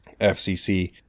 FCC